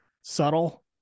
subtle